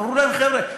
אמרו להם: חבר'ה,